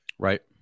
right